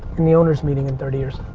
in the owner's meeting in thirty years.